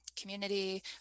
community